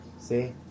see